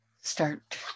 start